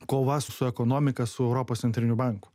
kova su ekonomika su europos centriniu banku